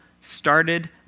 started